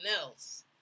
else